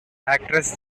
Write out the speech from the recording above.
actress